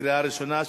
קריאה ראשונה,